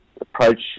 approach